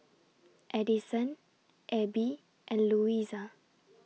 Addison Abbey and Louisa